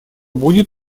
будет